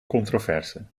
controverse